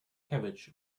carriage